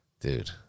Dude